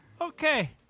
Okay